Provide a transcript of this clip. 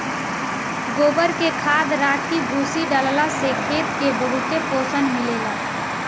गोबर के खाद, राखी, भूसी डालला से खेत के बहुते पोषण मिलेला